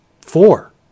four